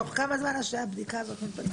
תוך כמה זמן אתם משלימים את הבדיקה הזאת?